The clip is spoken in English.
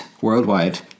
worldwide